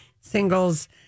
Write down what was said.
singles